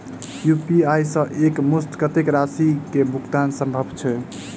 UPI सऽ एक मुस्त कत्तेक राशि कऽ भुगतान सम्भव छई?